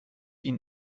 ihn